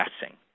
guessing